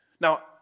Now